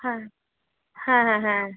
হ্যাঁ হ্যাঁ হ্যাঁ হ্যাঁ